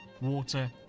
water